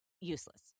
useless